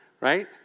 right